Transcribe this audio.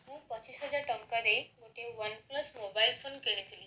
ମୁଁ ପଚିଶ ହଜାର ଟଙ୍କା ଦେଇ ଗୋଟିଏ ୱାନ୍ପ୍ଲସ୍ ମୋବାଇଲ୍ ଫୋନ୍ କିଣିଥିଲି